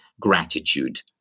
gratitude